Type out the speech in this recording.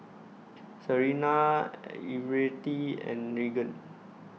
Serina Everette and Raegan